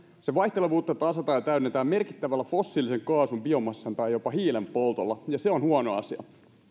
sen vaihtelevuutta tasataan ja täydennetään merkittävällä fossiilisen kaasun biomassan tai jopa hiilen poltolla ja se on huono asia